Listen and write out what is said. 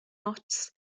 ots